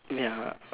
ya outs~